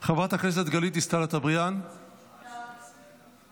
חברת הכנסת יוליה מלינובסקי, אינה נוכחת,